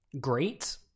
great